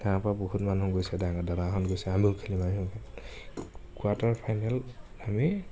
তাৰপৰা বহুত মানুহ গৈছে ডাঙৰ দাদাহঁত গৈছে আমিও খেলিম আমিও কোৱাৰ্টাৰ ফাইনেল আমি